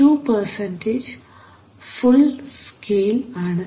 2 full scale ആണ്